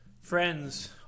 Friends